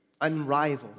Unrivaled